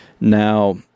now